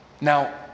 Now